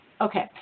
okay